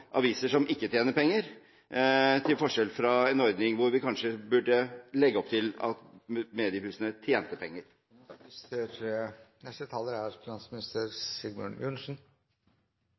aviser som ikke tjener penger, til forskjell fra en ordning hvor vi kanskje burde legge opp til at mediehusene tjente penger.